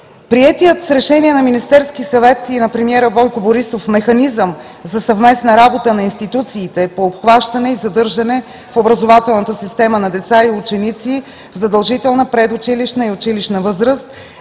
Приетият с решение на Министерския съвет и на премиера Бойко Борисов механизъм за съвместна работа на институциите по обхващане и задържане в образователната система на деца и ученици, задължителна предучилищна и училищна възраст,